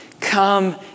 Come